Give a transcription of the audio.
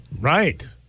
right